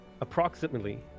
approximately